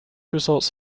results